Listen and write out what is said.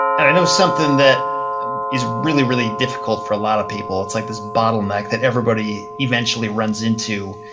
and i know something that is really, really difficult for a lot of people, it's like this bottle neck that everybody eventually runs into,